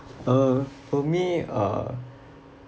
uh for me uh